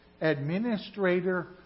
administrator